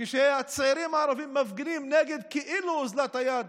כשהצעירים הערבים מפגינים נגד כאילו אוזלת היד